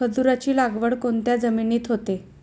खजूराची लागवड कोणत्या जमिनीत होते?